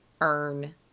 earn